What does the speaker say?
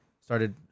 started